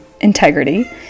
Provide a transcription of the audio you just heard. integrity